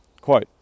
quote